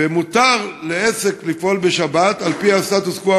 מותר לעסק לפעול בשבת על-פי הסטטוס-קוו